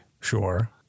Sure